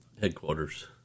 headquarters